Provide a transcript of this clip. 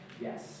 Yes